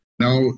Now